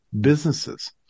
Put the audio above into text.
Businesses